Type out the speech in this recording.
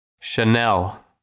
Chanel